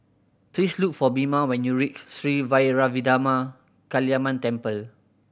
please look for Bina when you reach Sri Vairavimada Kaliamman Temple